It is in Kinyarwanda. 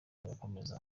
agakomereza